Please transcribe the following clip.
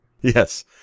Yes